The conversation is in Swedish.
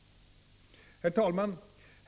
Herr talman!